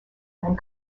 and